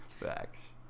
Facts